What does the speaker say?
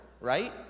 right